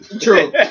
True